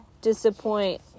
disappoint